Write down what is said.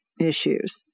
issues